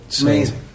Amazing